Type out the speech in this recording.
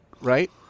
right